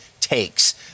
takes